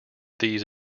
these